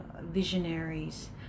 visionaries